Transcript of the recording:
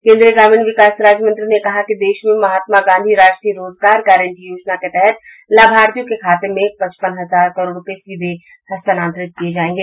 केन्द्रीय ग्रामीण विकास राज्यमंत्री ने कहा कि देश में महात्मा गांधी राष्ट्रीय रोजगार गारंटी योजना के तहत लाभार्थियों के खातों में पचपन हजार करोड़ रुपये सीधे हस्तांतरित किये गये हैं